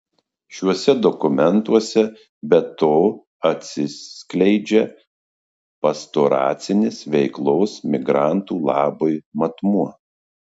šiuose dokumentuose be to atsiskleidžia pastoracinis veiklos migrantų labui matmuo